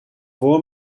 voor